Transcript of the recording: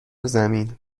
زمین